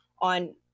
on